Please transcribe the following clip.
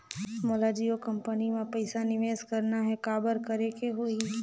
मोला जियो कंपनी मां पइसा निवेश करना हे, काबर करेके होही?